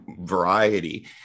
variety